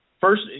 First